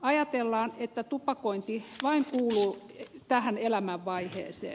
ajatellaan että tupakointi vain kuuluu tähän elämänvaiheeseen